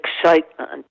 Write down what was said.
excitement